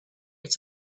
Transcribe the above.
its